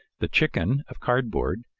the chicken of cardboard,